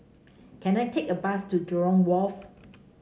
can I take a bus to Jurong Wharf